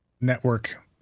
network